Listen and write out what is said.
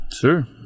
Sure